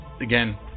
again